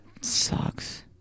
sucks